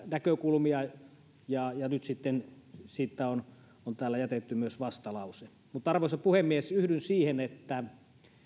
näkökulmia ja ja nyt sitten siitä on on täällä jätetty myös vastalause arvoisa puhemies yhdyn siihen että